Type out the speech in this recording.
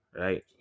Right